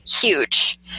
huge